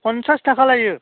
पन्सास थाखा लायो